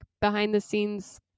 behind-the-scenes